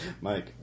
Mike